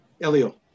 Elio